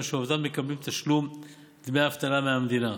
שעובדיו מקבלים תשלום דמי אבטלה מהמדינה.